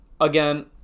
again